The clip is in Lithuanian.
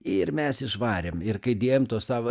ir mes išvarėm ir kai dėjom tuos savo